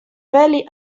belly